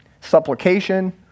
supplication